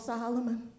Solomon